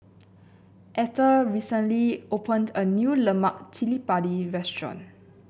etter recently opened a new Lemak Cili Padi restaurant